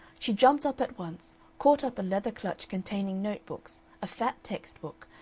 she jumped up at once, caught up a leather clutch containing notebooks, a fat text-book,